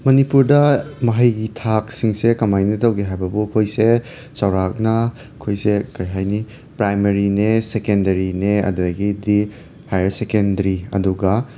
ꯃꯅꯤꯄꯨꯔꯗ ꯃꯍꯩꯒꯤ ꯊꯥꯛꯁꯤꯡꯁꯦ ꯀꯃꯥꯏꯅ ꯇꯧꯒꯦ ꯍꯥꯏꯕꯕꯨ ꯑꯩꯈꯣꯏꯁꯦ ꯆꯥꯎꯔꯥꯛꯅ ꯑꯩꯈꯣꯏꯁꯦ ꯀꯩꯍꯥꯏꯅꯤ ꯄ꯭ꯔꯥꯏꯃꯔꯤꯅꯦ ꯁꯦꯀꯦꯟꯗꯔꯤꯅꯦ ꯑꯗꯒꯤꯗꯤ ꯍꯥꯌꯔ ꯁꯦꯀꯦꯟꯗꯔꯤ ꯑꯗꯨꯒ